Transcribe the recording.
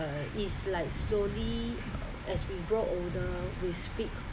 uh it's like slowly as we grow older we speak